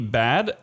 bad